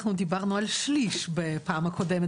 אנחנו דיברנו על שליש בפעם הקודמת,